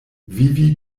vivi